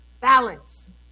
balance